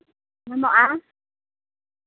ᱢᱮᱱᱟᱜᱼᱟ